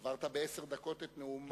עברת בעשר דקות את נאום ההכתרה של ראש הממשלה.